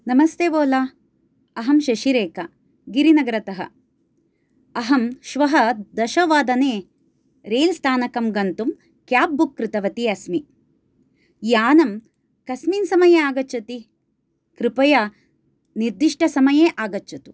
नमस्ते वोला अहं शशिरेखा गिरिनगरतः अहं श्वः दशवादने रेल् स्थानकं गन्तुं क्याब् बुक् कृतवती अस्मि यानं कस्मिन् समये आगच्छति कृपया निर्दिष्टसमये आगच्छतु